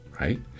Right